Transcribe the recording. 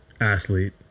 athlete